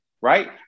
right